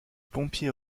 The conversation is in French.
pompiers